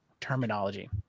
terminology